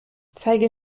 zeige